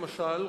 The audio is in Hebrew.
למשל,